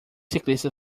ciclistas